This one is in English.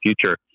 future